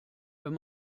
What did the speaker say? wenn